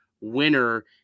winner